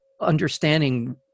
understanding